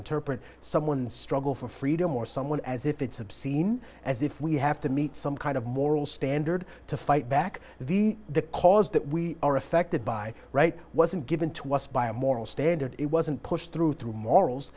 interpret someone struggle for freedom or someone as if it's obscene as if we have to meet some kind of moral standard to fight back the the cause that we are affected by right wasn't given to us by a moral standard it wasn't pushed through through morals